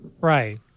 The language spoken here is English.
Right